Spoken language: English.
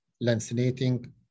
lancinating